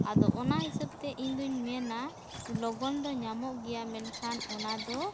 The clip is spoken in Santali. ᱟᱫᱚ ᱚᱱᱟ ᱦᱤᱥᱟᱹᱵ ᱛᱮ ᱤᱧᱫᱩᱧ ᱢᱮᱱᱟ ᱞᱚᱜᱚᱱ ᱫᱚ ᱧᱟᱢᱚᱜ ᱜᱮᱭᱟ ᱢᱮᱱᱠᱷᱟᱱ